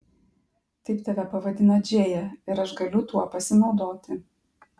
taip tave pavadino džėja ir aš galiu tuo pasinaudoti